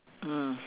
mm